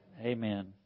Amen